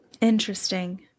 Interesting